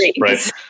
right